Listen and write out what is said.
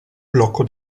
blocco